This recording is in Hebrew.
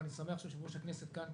ואני שמח שיושב-ראש הכנסת כאן,